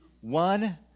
one